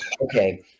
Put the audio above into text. Okay